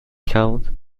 count